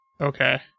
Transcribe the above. Okay